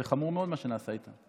זה חמור מאוד, מה שנעשה איתם.